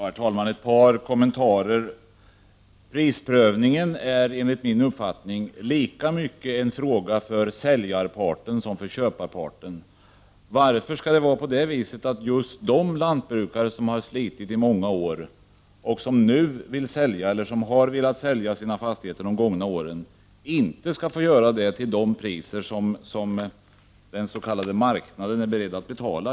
Herr talman! Ett par kommentarer. Prisprövningen är enligt min uppfattning lika mycket en fråga för säljarparten som för köparparten. Varför skall det vara på det viset att just de lantbrukare som har slitit i många år och som nu vill sälja eller har velat sälja sina fastigheter de gångna åren inte skall få göra det till de priser som den s.k. marknaden är beredd att betala?